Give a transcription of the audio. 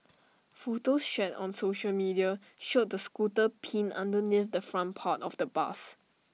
photos shared on social media showed the scooter pinned underneath the front part of the bus